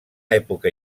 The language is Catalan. època